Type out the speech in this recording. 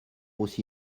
aussi